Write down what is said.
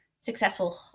successful